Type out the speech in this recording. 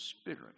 spirit